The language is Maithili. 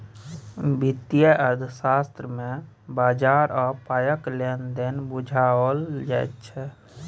वित्तीय अर्थशास्त्र मे बजार आ पायक लेन देन बुझाओल जाइत छै